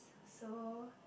so